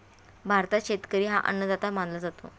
भारतात शेतकरी हा अन्नदाता मानला जातो